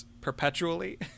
perpetually